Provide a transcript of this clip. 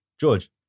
George